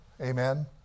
Amen